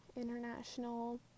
international